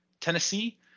Tennessee